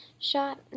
Shot